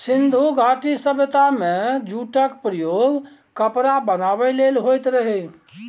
सिंधु घाटी सभ्यता मे जुटक प्रयोग कपड़ा बनाबै लेल होइत रहय